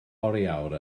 oriawr